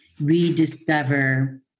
rediscover